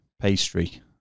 pastry